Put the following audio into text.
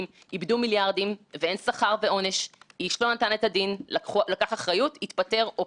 ולקבוע כללים שיאפשרו הסרת הסודיות במקרה קיצון תחת כללים מוסדרים.